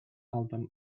album